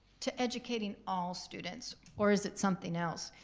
to educating all students, or is it something else?